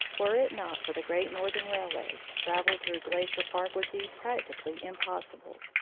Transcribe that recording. were it not for the great northern rail way, travel through glacier park would be practically impossible.